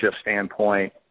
standpoint